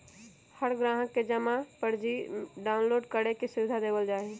हर ग्राहक के जमा पर्ची डाउनलोड करे के सुविधा देवल जा हई